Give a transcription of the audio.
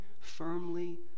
firmly